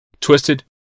twisted